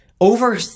over